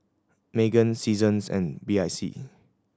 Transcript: Megan Seasons and B I C